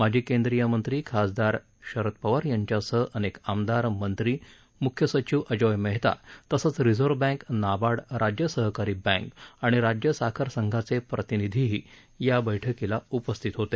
माजी केंद्रीय मंत्री खासदार शरद पवार यांच्यासह अनेक आमदार मंत्री मुख्य सचिव अजॉय मेहता तसंच रिझर्व्ह बँक नाबार्ड राज्य सहकारी बँक आणि राज्य साखर संघाचे प्रतिनिधीही या या बैठकीला उपस्थित होते